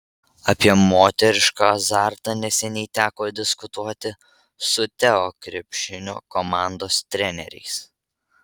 apie moterišką azartą neseniai teko diskutuoti su teo krepšinio komandos treneriais